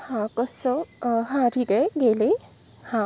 हां कसं हां ठीक आहे गेली हां